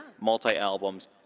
multi-albums